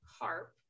harp